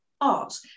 art